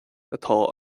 atá